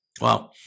Wow